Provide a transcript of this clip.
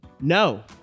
No